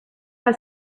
have